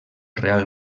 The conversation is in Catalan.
real